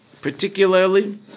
Particularly